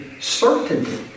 certainty